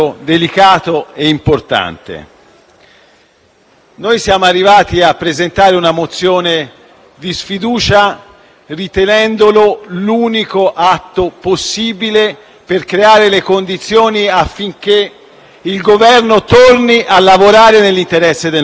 Siamo arrivati a presentare una mozione di sfiducia ritenendola l'unico atto possibile per creare le condizioni affinché il Governo torni a lavorare nell'interesse del nostro Paese.